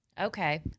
Okay